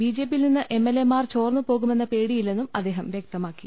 ബിജെപ്പിയിൽ നീന്ന് എംഎൽഎമാർ ചോർന്നു പോകുമെന്ന പേടിയില്ലെന്നും അദ്ദേഹം വ്യക്തമാക്കി